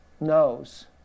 knows